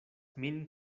min